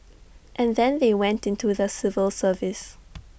and then they went into the civil service